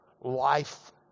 life